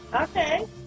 Okay